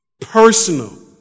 personal